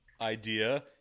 idea